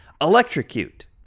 Electrocute